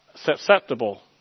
susceptible